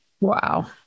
Wow